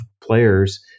players